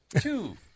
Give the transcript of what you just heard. Two